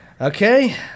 Okay